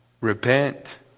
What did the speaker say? Repent